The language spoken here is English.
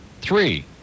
Three